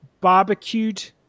barbecued